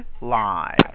Live